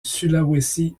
sulawesi